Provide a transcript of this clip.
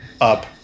up